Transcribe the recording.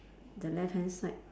the left hand side